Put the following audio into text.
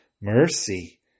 mercy